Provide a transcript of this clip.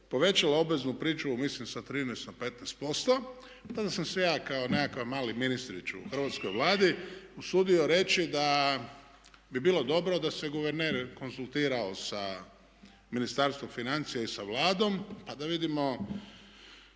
povećala obveznu pričuvu mislim sa 13 na 15%. Tada sam se ja kao nekakav mali ministrić u Hrvatskoj vladi usudio reći da bi bilo dobro da se guverner konzultirao sa Ministarstvom financija i sa Vladom pa da vidimo